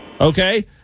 Okay